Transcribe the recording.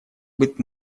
быть